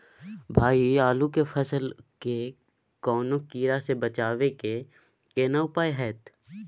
भाई आलू के फसल के कौनुआ कीरा से बचाबै के केना उपाय हैयत?